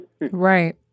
Right